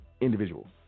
individual